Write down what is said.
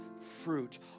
fruit